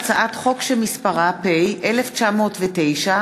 הצעת חוק איסור הפליה במוסדות חינוך (תיקוני חקיקה),